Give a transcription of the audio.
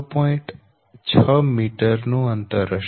6 metre હશે